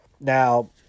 Now